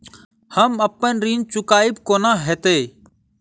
हम अप्पन ऋण चुकाइब कोना हैतय?